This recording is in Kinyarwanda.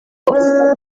aho